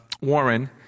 Warren